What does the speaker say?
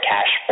Cash